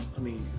i mean,